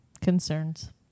concerns